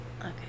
Okay